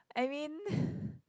I mean